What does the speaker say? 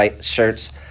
shirts